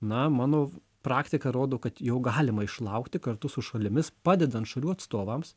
na mano praktika rodo kad jo galima išlaukti kartu su šalimis padedant šalių atstovams